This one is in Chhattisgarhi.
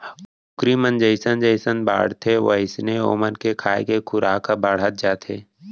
कुकरी मन जइसन जइसन बाढ़थें वोइसने ओमन के खाए के खुराक ह बाढ़त जाथे